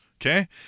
Okay